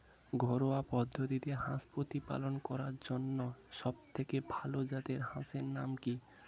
ঘরোয়া পদ্ধতিতে হাঁস প্রতিপালন করার জন্য সবথেকে ভাল জাতের হাঁসের নাম কি?